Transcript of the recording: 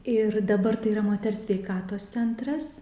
ir dabar tai yra moters sveikatos centras